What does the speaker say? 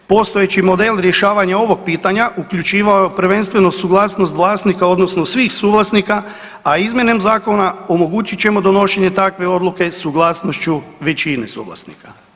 Postojeći model rješavanja ovog pitanja uključivao je prvenstveno suglasnost vlasnika odnosno svih suvlasnika, a izmjenom zakona omogućit ćemo donošenje takve odluke suglasnošću većine suvlasnika.